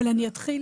אבל אני אתחיל